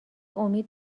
امید